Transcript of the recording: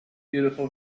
beautiful